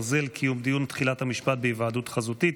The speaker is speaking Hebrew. חרבות ברזל) (קיום דיון תחילת המשפט בהיוועדות חזותית),